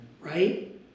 right